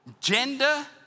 gender